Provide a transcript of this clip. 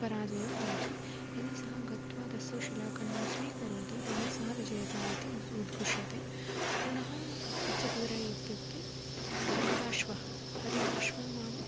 पराजयो भवति यदि सः गत्वा तस्य शिलाखण्डं स्वीकरोति तर्हि सः विजयिता इति उज् उद्घुष्यते पुनः पच्चकुर इत्युक्ते हरिताश्वः हरिताश्वो नाम